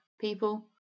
people